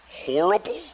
Horrible